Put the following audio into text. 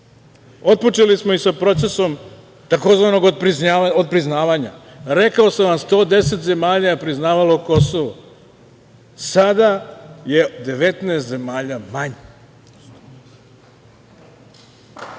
borimo. Otpočeli smo i sa procesom tzv. otpriznavanja. Rekao sam vam, 110 zemalja je priznavalo Kosovo, sada je 19 zemalja manje.